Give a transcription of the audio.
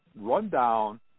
rundown